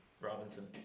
Robinson